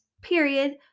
period